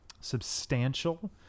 substantial